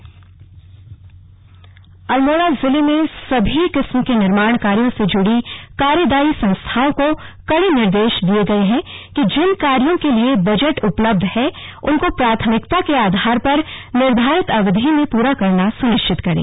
निर्माण कार्य अलमोड़ा जिले में सभी किस्म के निर्माण कार्यों से जुड़ी कार्यदायी संस्थाओं को कड़े निर्देश दिये गए हैं कि जिन कार्यों के लिए बजट उपलब्ध है उनको प्राथमिकता के आधार पर निर्धारित अवधि में पूरा करना सुनिश्चित करें